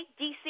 DC